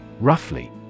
Roughly